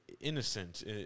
innocent